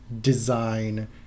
design